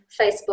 Facebook